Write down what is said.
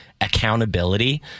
accountability